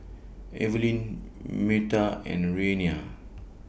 Evelin Meta and Reanna